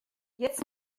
jetzt